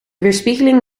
weerspiegeling